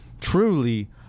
truly